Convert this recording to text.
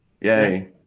Yay